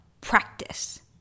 practice